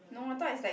no I thought is like